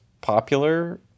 popular